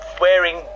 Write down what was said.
wearing